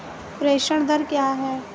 प्रेषण दर क्या है?